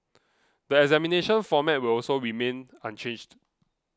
the examination format will also remain unchanged